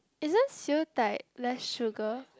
isn't siew dai less sugar